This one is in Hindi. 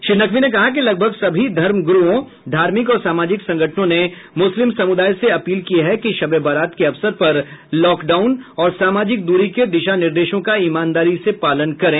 श्री नकवी ने कहा कि लगभग सभी धर्म ग्रुओं धार्मिक और सामाजिक संगठनों ने मुस्लिम समुदाय से अपील की है कि शबे बारात के अवसर पर लॉकडाउन और सामाजिक दूरी के दिशा निर्देशों का ईमानदारी से पालन करें